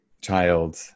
child